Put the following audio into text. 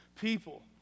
people